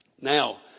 Now